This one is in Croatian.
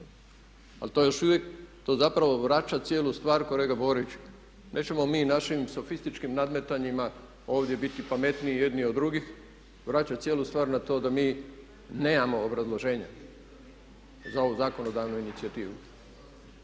energiju. Ali to zapravo vraća cijelu stvar kolega Borić, nećemo mi našim sofističkim nadmetanjima ovdje biti pametniji jedni od drugih i vraćati cijelu stvar na to da mi nemamo obrazloženja za ovu zakonodavnu inicijativu.